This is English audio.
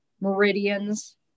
meridians